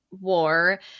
war